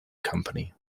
company